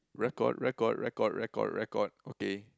record record record record record okay